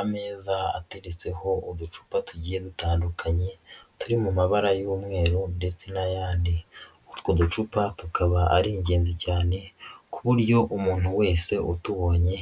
Ameza ateretseho uducupa tugiye dutandukanye turi mu mabara y'umweru ndetse n'ayandi. Utwo ducupa tukaba ari ingenzi cyane ku buryo umuntu wese utubonye